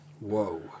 Whoa